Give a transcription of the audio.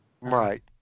Right